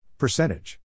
Percentage